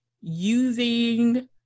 using